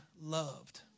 loved